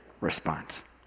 response